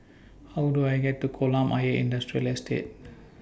How Do I get to Kolam Ayer Industrial Estate